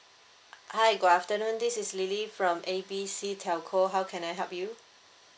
hi good afternoon this is lily from A B C telco how can I help you